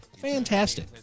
fantastic